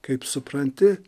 kaip supranti